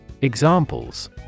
Examples